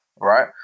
right